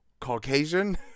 Caucasian